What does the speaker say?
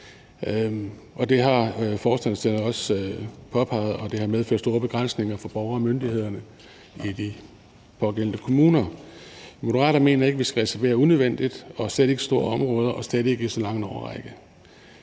Det har forslagsstillerne også påpeget, og det har medført store begrænsninger for borgere og myndigheder i de pågældende kommuner. Moderaterne mener ikke, vi skal reservere unødvendigt, slet ikke store områder og slet ikke i så lang en årrække.